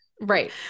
Right